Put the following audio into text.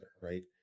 right